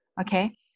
Okay